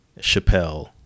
Chappelle